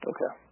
Okay